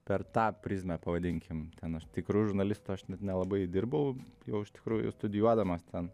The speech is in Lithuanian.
per tą prizmę pavadinkim ten aš tikru žurnalistu aš nelabai dirbau jau iš tikrųjų studijuodamas ten